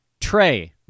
Trey